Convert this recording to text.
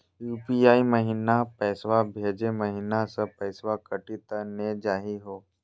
UPI महिना पैसवा भेजै महिना सब पैसवा कटी त नै जाही हो?